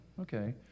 Okay